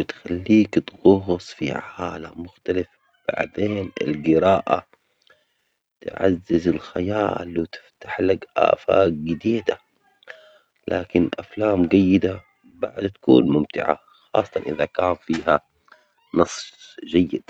فيلم جيد؟ ولماذا؟